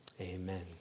Amen